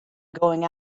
going